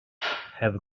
have